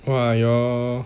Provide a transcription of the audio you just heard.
!wah! your